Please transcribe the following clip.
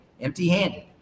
empty-handed